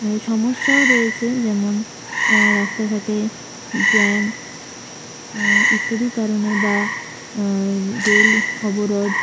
মানে সমস্যাও রয়েছে যেমন রাস্তাঘাটে জ্যাম ইত্যাদির কারণে যা রেল অবরোধ